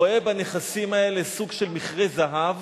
רואה בנכסים האלה סוג של מכרה זהב